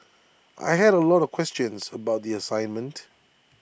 I had A lot of questions about the assignment